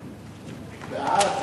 הנושא לוועדת